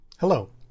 Hello